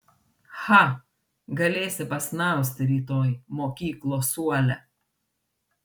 cha galėsi pasnausti rytoj mokyklos suole